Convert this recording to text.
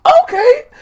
okay